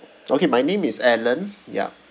okay my name is alan yup